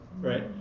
right